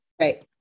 Right